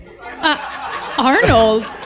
Arnold